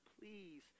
please